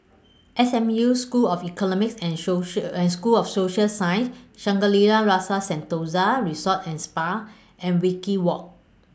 S M U School of Economics and and School of Social Sciences Shangri La's Rasa Sentosa Resort and Spa and Wajek Walk